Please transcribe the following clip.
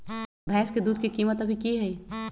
भैंस के दूध के कीमत अभी की हई?